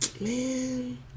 Man